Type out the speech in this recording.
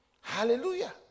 Hallelujah